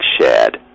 shared